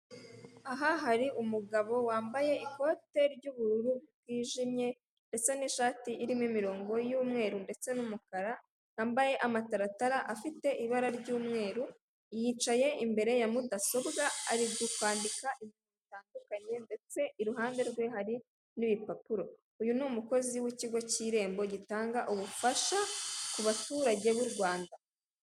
Aha hari umugabo wambaye ikote ry'ubururu bwijimye busa n'ishati irimo imirongo y'umweru ndetse n'umukara wambaye amataratara afite ibara ry'umweru yicaye imbere ya mudasobwa ari ku kwandika ibintu bitandukanye ndetse iruhande rwe hari n'ibipapuro. Uyu ni umukozi w'ikigo cy'irembo gitanga ubufasha ku baturage b'u Rwanda